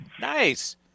Nice